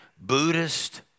Buddhist